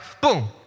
boom